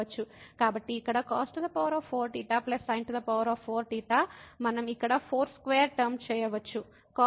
కాబట్టి ఇక్కడ cos4θ sin4θ మనం ఇక్కడ 4 స్క్వేర్ టర్మ చేయవచ్చు cos2θ sin2θ2